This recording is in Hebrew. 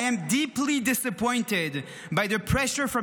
I am deeply disappointed by the pressure from